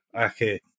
Okay